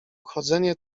chodzenie